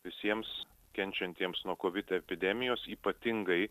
visiems kenčiantiems nuo kovid epidemijos ypatingai